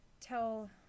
tell